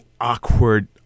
awkward